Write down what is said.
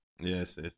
yes